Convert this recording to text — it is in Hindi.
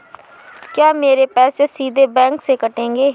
क्या मेरे पैसे सीधे बैंक से कटेंगे?